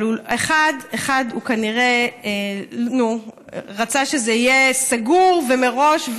אבל 1. הוא כנראה רצה שזה יהיה סגור ומראש,